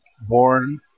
born